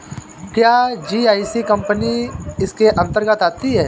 क्या GIC company इसके अन्तर्गत आती है?